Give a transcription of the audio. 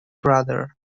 brother